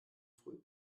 früh